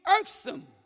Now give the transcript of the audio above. irksome